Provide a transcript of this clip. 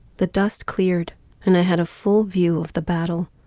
the dust cleared and i had a full view of the battle.